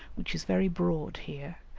which is very broad here,